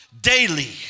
daily